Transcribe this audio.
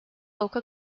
oka